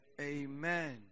Amen